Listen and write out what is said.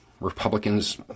Republicans